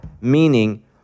meaning